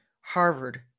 Harvard